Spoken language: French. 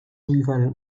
rival